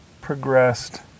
progressed